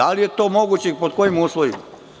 Da li je to moguće i pod kojim uslovima?